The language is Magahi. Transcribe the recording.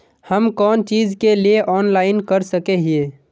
हम कोन चीज के लिए ऑनलाइन कर सके हिये?